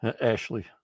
Ashley